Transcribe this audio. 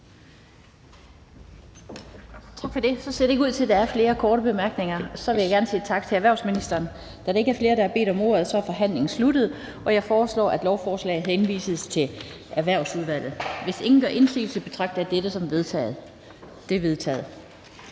Tak for det. Så ser det ikke ud til, at der er flere korte bemærkninger. Tak til erhvervsministeren. Da der ikke er flere, der har bedt om ordet, er forhandlingen sluttet. Jeg foreslår, at lovforslaget henvises til Erhvervsudvalget. Hvis ingen gør indsigelse, betragter jeg dette som vedtaget. Det er vedtaget.